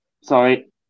Sorry